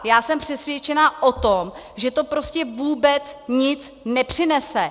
Já jsem přesvědčena o tom, že to prostě vůbec nic nepřinese.